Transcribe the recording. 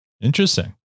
Interesting